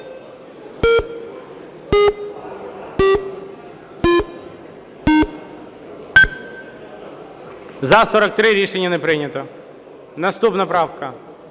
За-43 Рішення не прийнято. Наступна правка.